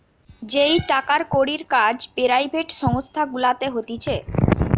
যেই টাকার কড়ির কাজ পেরাইভেট সংস্থা গুলাতে হতিছে